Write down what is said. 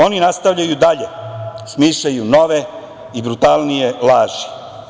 Oni nastavljaju dalje, smišljaju nove i brutalnije laži.